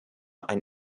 ein